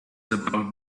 about